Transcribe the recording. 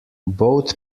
both